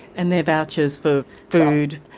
and they're vouchers for food?